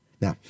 Now